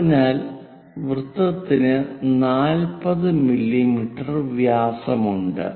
അതിനാൽ വൃത്തത്തിന് 40 മില്ലീമീറ്റർ വ്യാസമുണ്ട്